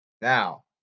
Now